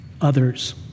others